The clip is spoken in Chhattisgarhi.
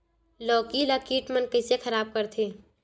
लौकी ला कीट मन कइसे खराब करथे?